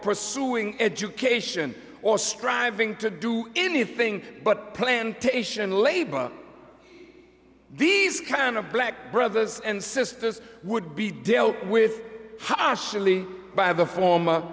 pursuing education or striving to do anything but plantation labor these kind of black brothers and sisters would be dealt with